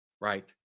Right